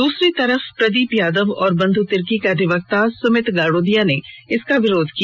दूसरी तरफ प्रदीप यादव और बंधु तिर्की के अधिवक्ता सुमित गाड़ोदिया ने इसका विरोध किया